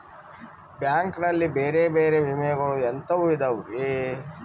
Bank ನಲ್ಲಿ ಬೇರೆ ಬೇರೆ ವಿಮೆಗಳು ಎಂತವ್ ಇದವ್ರಿ?